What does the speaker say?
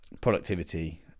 productivity